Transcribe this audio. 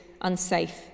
unsafe